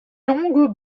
longues